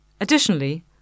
Additionally